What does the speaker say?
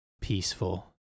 Peaceful